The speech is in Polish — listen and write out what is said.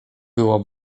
było